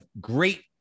great